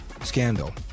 scandal